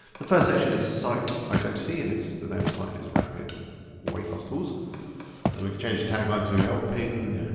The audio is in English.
the first section is site identity and it's, the name of site is rapid weight loss tools. and we can change the tagline to helping